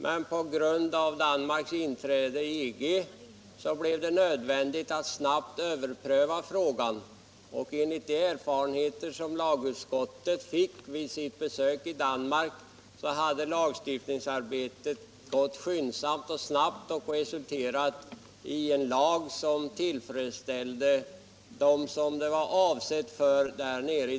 Men på grund av Danmarks inträde i EG blev det nödvändigt att snabbt pröva frågan. Enligt den uppfattning lagutskottets ledamöter fick vid besöket i Danmark hade lagstiftningsarbetet gått skyndsamt och resulterat i en lag som tillfredsställde danskarna.